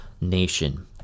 nation